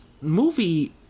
movie